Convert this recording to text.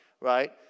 right